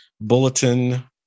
bulletin